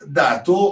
dato